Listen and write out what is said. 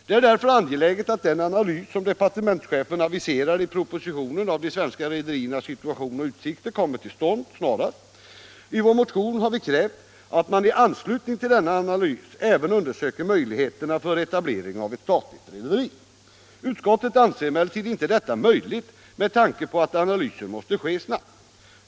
Det är därför angeläget att den analys av de svenska rederiernas situation och utsikter som departementschefen aviserar i propositionen kommer till stånd snarast. I vår motion har vi krävt att man i anslutning till denna analys även skall undersöka möjligheterna för etablering av ett statligt rederi. Utskottet anser emellertid inte detta möjligt med tanke på att analysen måste göras snabbt.